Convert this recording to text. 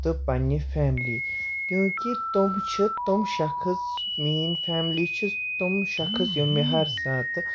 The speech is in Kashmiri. تہٕ پنٕنہِ فیملی کیوں کہِ تِم چھِ تِم شخص میٛٲنۍ فیملی چھِ تِم شخٕص یِم مےٚ ہر ساتہٕ